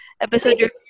episode